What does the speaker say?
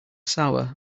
sour